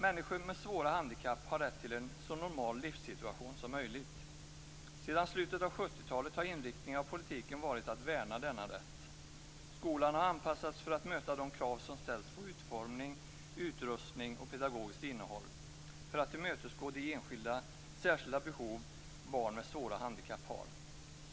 Människor med svåra handikapp har rätt till en så normal livssituation som möjligt. Sedan slutet av 70-talet har inriktningen av politiken varit att värna denna rätt. Skolan har anpassats för att möta de krav som ställs på utformning, utrustning och pedagogiskt innehåll, för att tillmötesgå de särskilda behov barn med svåra handikapp har.